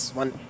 one